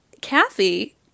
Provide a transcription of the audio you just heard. Kathy